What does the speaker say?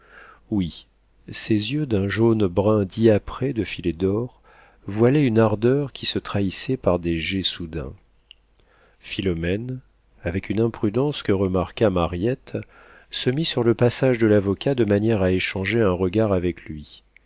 oui ces yeux d'un jaune brun diaprés de filets d'or voilaient une ardeur qui se trahissait par des jets soudains philomène avec une imprudence que remarqua mariette se mit sur le passage de l'avocat de manière à échanger un regard avec lui